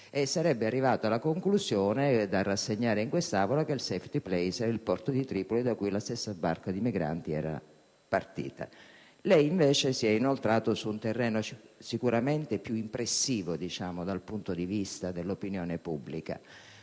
sarebbe arrivato alla conclusione, da rassegnare in quest'Aula, che il *safety place* era il porto di Tripoli da cui la stessa barca di migranti era partita. Lei, invece, si è inoltrato su un terreno sicuramente più impressivo dal punto di vista dell'opinione pubblica,